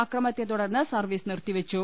അക്ര മത്തെ തുടർന്ന് സർവീസ് നിർത്തിവെച്ചു